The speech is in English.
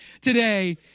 today